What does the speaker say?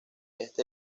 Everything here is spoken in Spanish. este